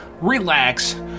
relax